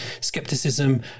skepticism